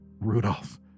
Rudolph